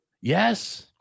Yes